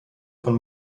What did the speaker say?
von